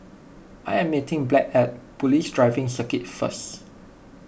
I am meeting Blanch at Police Driving Circuit first